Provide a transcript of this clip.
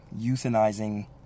euthanizing